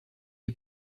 est